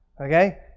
Okay